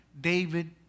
David